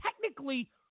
Technically